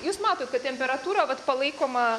jūs matot kad temperatūra vat palaikoma